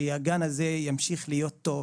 שהגן הזה ימשיך להיות טוב.